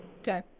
Okay